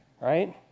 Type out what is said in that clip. right